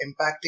impacting